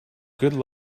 good